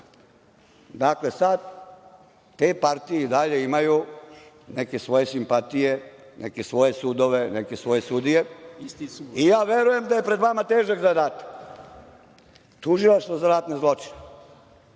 sad te partije i dalje imaju neke svoje simpatije, neke svoje sudove, neke svoje sudije, i ja verujem da je pred vama težak zadatak. Tužilaštvo za ratne zločine.